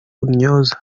intyoza